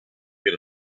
get